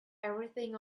everything